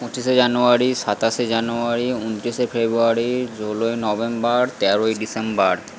পঁচিশে জানুয়ারি সাতাশে জানুয়ারি উনত্রিশে ফেব্রুয়ারি ষোলই নভেম্বর তেরোই ডিসেম্বর